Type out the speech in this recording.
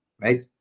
right